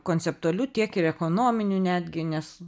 konceptualiu tiek ir ekonominiu netgi nes